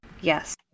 Yes